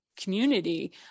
community